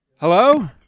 Hello